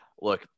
Look